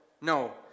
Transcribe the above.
no